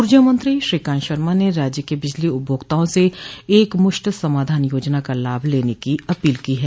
ऊर्जा मंत्री श्रीकांत शर्मा ने राज्य के बिजली उपभोक्ताओं से एक मुश्त समाधान योजना का लाभ लेने की अपील की है